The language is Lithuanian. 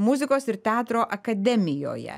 muzikos ir teatro akademijoje